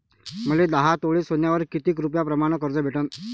मले दहा तोळे सोन्यावर कितीक रुपया प्रमाण कर्ज भेटन?